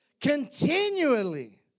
Continually